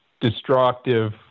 destructive